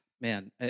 man